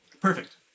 Perfect